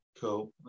Cool